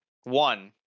One